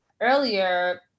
earlier